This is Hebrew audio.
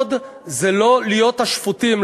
הסוד הוא לא להיות השפוטים,